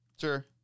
Sure